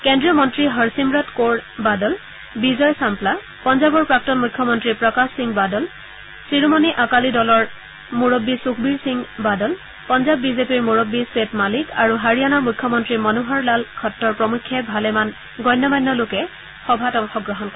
কেন্দ্ৰীয় মন্ত্ৰী হৰচিমৰত কৌৰ বাদল বিজয় চামপ্না পঞ্জাৱৰ প্ৰাক্তন মুখ্যমন্ত্ৰী প্ৰকাশ সিং বাদল শিৰোমণি আকালি দলৰ মুৰববী সুখবীৰ সিং বাদল পঞ্জাৱ বিজেপিৰ মুৰববী স্বেত মালিক আৰু হাৰিয়াণাৰ মুখ্যমন্ত্ৰী মনোহৰ লাল খটাৰ প্ৰমুখ্যে ভালেমান গণ্য মান্য লোকে এই সভাত অংশগ্ৰহণ কৰে